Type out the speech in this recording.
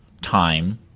time